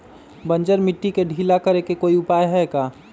बंजर मिट्टी के ढीला करेके कोई उपाय है का?